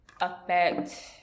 affect